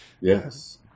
yes